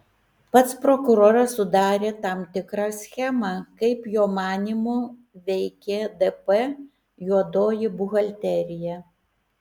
pats prokuroras sudarė tam tikrą schemą kaip jo manymu veikė dp juodoji buhalterija